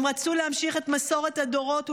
הם רצו להמשיך את מסורת הדורות,